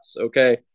okay